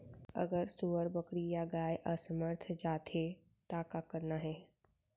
अगर सुअर, बकरी या गाय असमर्थ जाथे ता का करना हे?